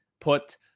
put